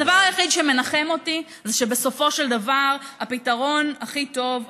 הדבר היחיד שמנחם אותי זה שבסופו של דבר הפתרון הכי טוב,